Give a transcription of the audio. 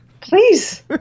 Please